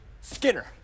Skinner